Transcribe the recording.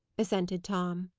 assented tom.